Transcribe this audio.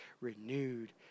renewed